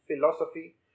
philosophy